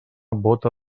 bóta